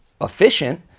efficient